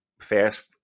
Fast